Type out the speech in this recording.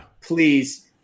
Please